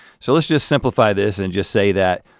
so let's just simplify this and just say that